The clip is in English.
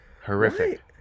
horrific